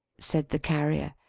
said the carrier,